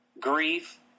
grief